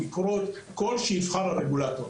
ביקורות - כל שיבחר הרגולטור.